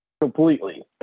Completely